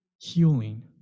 healing